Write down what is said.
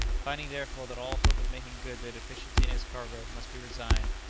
finding therefore that all hope of making good the deficiency in his cargo must be resigned,